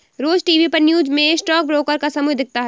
रोज TV पर news में stock broker का समूह दिखता है